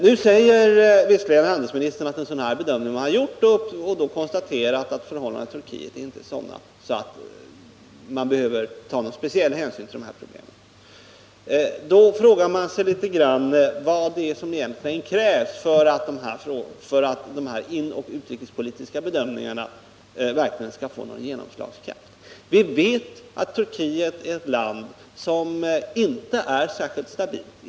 Nu säger handelsministern att en dylik bedömning har man gjort och därvid konstaterat att förhållandena i Turkiet inte är sådana att man behöver ta speciell hänsyn till dessa problem. Därför frågar man sig vad det egentligen krävs för att de här inoch utrikespolitiska bedömningarna verkligen skall få någon genomslagskraft. Vi vet att Turkiet är ett land som inrikespolitiskt inte är särskilt stabilt.